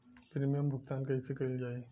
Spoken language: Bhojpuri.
प्रीमियम भुगतान कइसे कइल जाला?